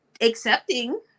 accepting